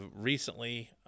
recently –